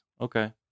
Okay